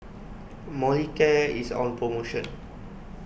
Molicare is on promotion